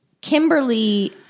Kimberly